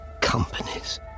Companies